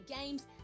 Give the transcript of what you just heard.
games